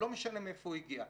ולא משנה מאיפה הוא הגיע.